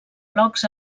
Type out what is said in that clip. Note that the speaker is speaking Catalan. blogs